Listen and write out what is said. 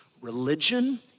Religion